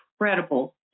incredible